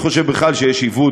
יש לי כמה המלצות,